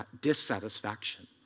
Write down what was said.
dissatisfaction